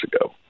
ago